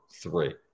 three